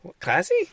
Classy